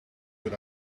good